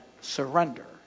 surrender